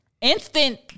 instant